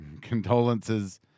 condolences